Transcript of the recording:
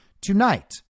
tonight